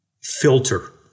filter